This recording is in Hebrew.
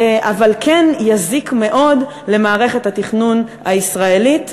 אבל כן יזיק מאוד למערכת התכנון הישראלית.